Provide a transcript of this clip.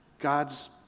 God's